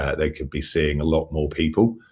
they could be seeing a lot more people